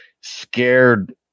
scared